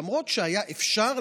למרות שהיה אפשר,